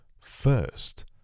first